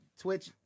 Twitch